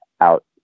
out